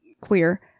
queer